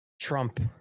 Trump